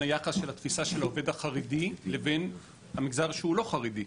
בין היחס של התפיסה של העובד החרדי לבין המגזר שהוא לא חרדי.